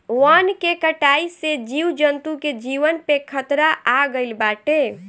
वन के कटाई से जीव जंतु के जीवन पे खतरा आगईल बाटे